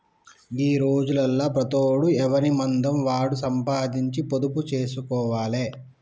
గీ రోజులల్ల ప్రతోడు ఎవనిమందం వాడు సంపాదించి పొదుపు జేస్కోవాలె